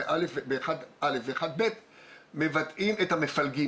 ב-1/א ו-1/ב מבטאים את המפלגים.